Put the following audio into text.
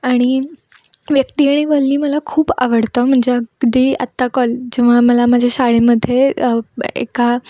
आणि व्यक्ती आणि वल्ली मला खूप आवडतं म्हणजे अगदी आत्ता कॉल जेव्हा मला माझ्या शाळेमध्ये एका